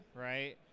right